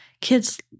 kids